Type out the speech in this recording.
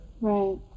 Right